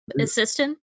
assistant